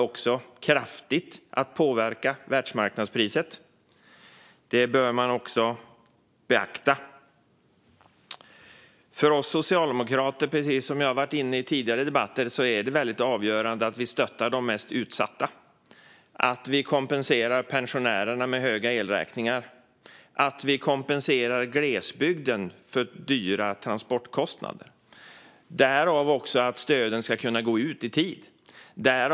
Detta kommer också att påverka världsmarknadspriset kraftigt. Det bör man också beakta. För oss socialdemokrater är det avgörande att stötta de mest utsatta. Det handlar om att vi kompenserar pensionärerna för höga elräkningar och att vi kompenserar glesbygden för dyra transportkostnader. Då är det viktigt att stöden också ska kunna gå ut i tid.